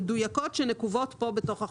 המדויקות מאוד שנקובות פה בתוך החוק הזה.